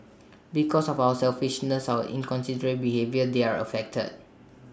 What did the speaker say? because of our selfishness our inconsiderate behaviour they're affected